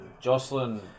Jocelyn